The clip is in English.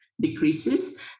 decreases